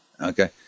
okay